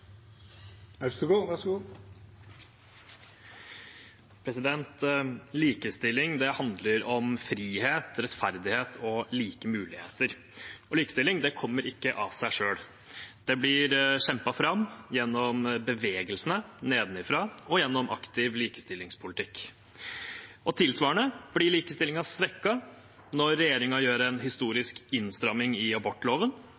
Likestilling handler om frihet, rettferdighet og like muligheter. Og likestilling kommer ikke av seg selv. Det blir kjempet fram gjennom bevegelsene nedenifra og gjennom aktiv likestillingspolitikk. Tilsvarende blir likestillingen svekket når regjeringen gjør en